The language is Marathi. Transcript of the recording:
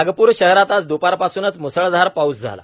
नागपूर शहरात आज द्पारपासूनच मुसळधार पाऊस झाला